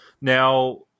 Now